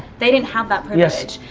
they didn't have that privilege.